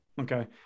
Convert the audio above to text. Okay